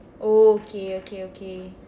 oh okay okay okay